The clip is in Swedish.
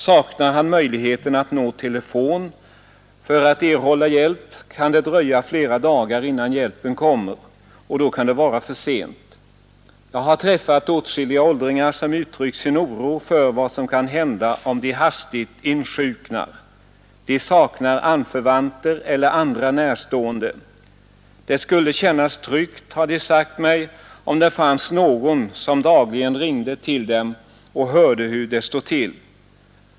Saknar han möjligheter att nå telefon för att erhålla hjälp kan det dröja flera dagar innan hjälpen kommer — och då kan det vara för sent. Jag har träffat åtskilliga åldringar som uttryckt sin oro för vad som kan hända dem, om de hastigt insjuknar. De saknar anförvanter eller andra närstående. Det skulle kännas tryggt, har de sagt digt lidande för att förebygga onödigt lidande för ensamstående åldringar och sjuka mig, om det fanns någon som dagligen ringde till dem och hörde hur det står till.